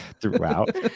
throughout